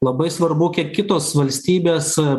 labai svarbu kiek kitos valstybės